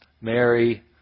Mary